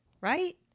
Right